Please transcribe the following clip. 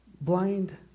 Blind